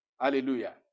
Hallelujah